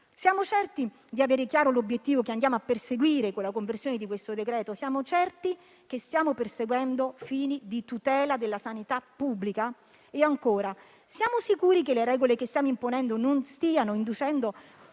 siamo certi di avere chiaro l'obiettivo che andiamo a perseguire con la conversione di questo decreto-legge e se siamo certi che stiamo perseguendo fini di tutela della sanità pubblica. E ancora: siamo sicuri che le regole che stiamo imponendo non stiano inducendo